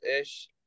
ish